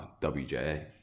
WJA